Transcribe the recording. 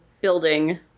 building